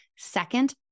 second